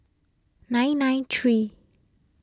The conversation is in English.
nine nine three